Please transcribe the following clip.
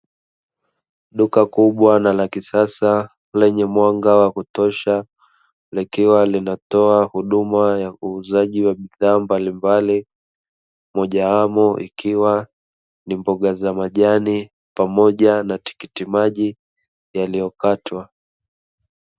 Duka kubwa na lakisasa lenye mwanga wa kutosha, likiwa linatoa huduma ya uuzaji wa bidhaa mbalimbali, mojawapo ikiwa ni mboga za majani pamoja na tikiti maji yaliyokatwa.